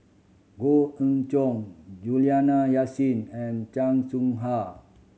Goh Ee Choo Juliana Yasin and Chan Soh Ha